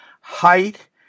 Height